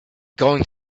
going